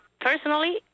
Personally